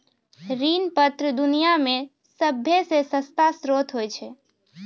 ऋण पत्र दुनिया मे सभ्भे से सस्ता श्रोत होय छै